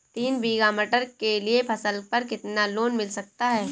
तीन बीघा मटर के लिए फसल पर कितना लोन मिल सकता है?